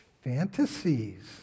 fantasies